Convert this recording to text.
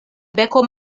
beko